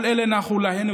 כל אלה נחו להן,